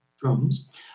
drums